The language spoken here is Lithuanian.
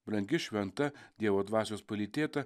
brangi šventa dievo dvasios palytėta